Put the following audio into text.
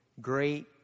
great